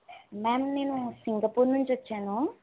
ma'am నేను Singapore నుంచి వచ్చాను